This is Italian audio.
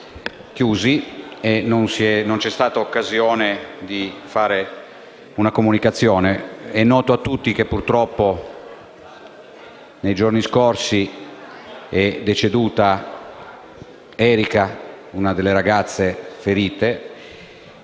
momento e non c'è stata, quindi, occasione di fare una comunicazione al riguardo. È noto a tutti che purtroppo, nei giorni scorsi, è deceduta Erika, una delle ragazze ferite.